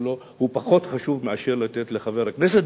הוא פחות חשוב מאשר לתת לחבר הכנסת,